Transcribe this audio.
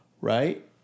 Right